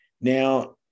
Now